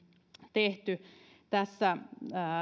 tehty tässä